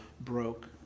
broke